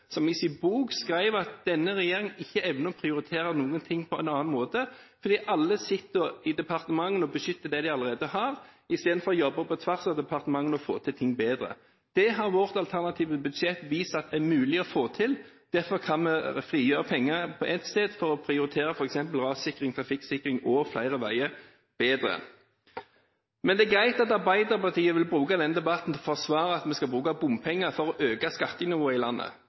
som i sin bok skrev at denne regjeringen ikke evner å prioritere noen ting på en annen måte, fordi alle i departementene sitter og beskytter det de allerede har, istedenfor å jobbe på tvers av departementene og få til ting bedre. Vårt alternative budsjett har vist at det er mulig å få til. Derfor kan vi frigjøre penger på ett sted for å prioritere f.eks. rassikring, trafikksikring og flere veier bedre. Det er greit at Arbeiderpartiet vil bruke denne debatten til å forsvare at vi skal bruke bompenger for å øke skattenivået i landet.